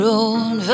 own